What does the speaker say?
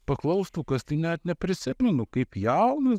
paklaustų kas tai net neprisimenu kaip jaunas